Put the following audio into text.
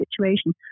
situation